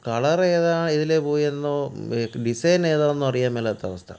colour ഏതാ ഏതിലെ പോയെന്നോ ഡിസൈൻ ഏതാണെന്നോ അറിയാൻ മേലാത്ത അവസ്ഥ